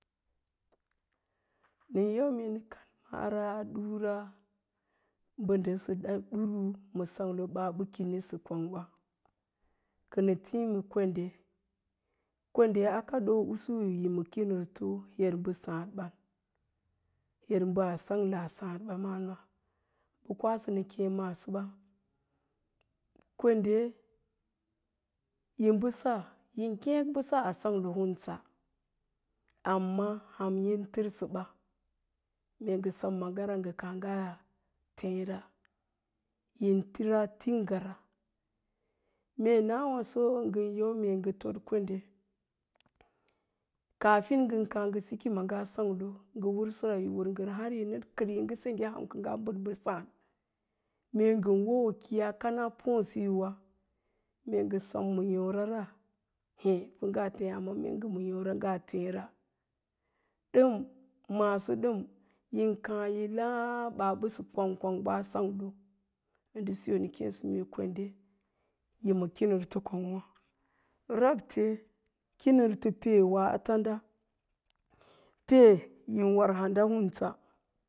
Nən yau nə kan mara a dura mbə nda ɗuru ma sanglo baa mbə kinisə kwangɓa. Kənə tii na kwenɗe, kwenɗe a kaɗoo lusu yi ma kinirto her mbə sááɗ ban, her mba a sangla sáád ba man, bə kwasə na kéé masoɓa, kwendɛ bəsa yi ngek bəsa a ɗanglo huusa, amma ham yin tərsəɓa, mee ngə sem ma'nga ra ngə káá ngaa tééra, in taraa tingara, mee nawaso ngən yau ngə tod kwenɗe, kaafin ngən káá ngə siki maaga a sanglo ngə wərsəra, yi wər ngən har yi nəd kəd yi ngə senge ham kə ngaa bədɓa sáád, mee ngən wonwo ki yiáá kana píísiyowa mee ngə sem ma yórara hé pə ngaa téé, amma mee ngə yóra ngaa téera, ɗəm, maso ɗəm ya káa yi láá baa mbəsə kwang kwangɓa a sanglo, ndə siyo nə kée sə me kwende yi ma kinirto kwang'wá. Rabte kinirto peewa a tanda